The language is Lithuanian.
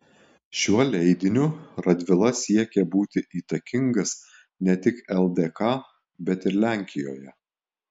šiuo leidiniu radvila siekė būti įtakingas ne tik ldk bet ir lenkijoje